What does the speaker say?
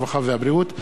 הרווחה והבריאות,